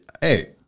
Hey